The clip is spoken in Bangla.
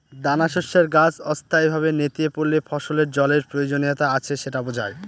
দানাশস্যের গাছ অস্থায়ীভাবে নেতিয়ে পড়লে ফসলের জলের প্রয়োজনীয়তা আছে সেটা বোঝায়